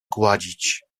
gładzić